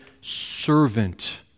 servant